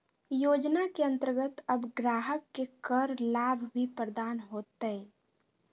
योजना के अंतर्गत अब ग्राहक के कर लाभ भी प्रदान होतय